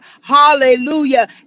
Hallelujah